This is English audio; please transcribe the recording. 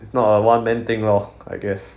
it's not a one man thing lor I guess